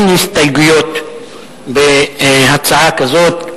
אין הסתייגויות בהצעה כזו,